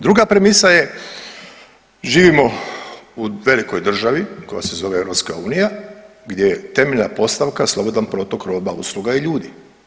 Druga premisa je živimo u velikoj državi koja se zove EU gdje je temeljna postavka slobodan protok roba, usluga i ljudi.